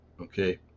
okay